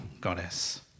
goddess